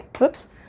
Oops